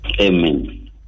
Amen